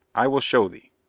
i will show thee.